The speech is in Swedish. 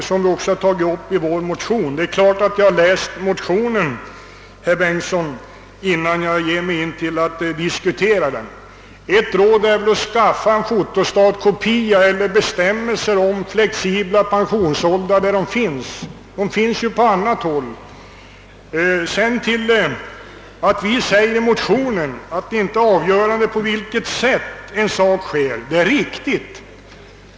Självfallet har jag läst vår motion som herr Bengtsson i Varberg talar om innan jag gav mig in på att diskutera den. Det råd jag i sammanhanget kan ge herr Bengtsson är att skaffa en fotostatkopia av bestämmelserna rörande flexibla pensionsåldrar — sådana bestämmelser finns ju på vissa områden. Det är riktigt att vi i vår motion framhållit att det avgörande inte är hur en reform genomförs.